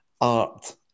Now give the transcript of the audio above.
art